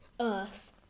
Earth